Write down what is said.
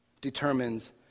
determines